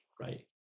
right